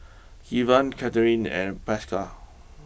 Kevan Kathrine and Pascal